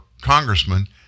congressman